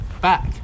back